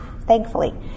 thankfully